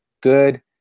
good